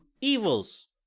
evils